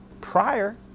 prior